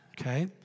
Okay